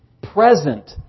present